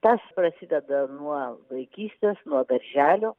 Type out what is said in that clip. tas prasideda nuo vaikystės nuo darželio